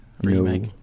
remake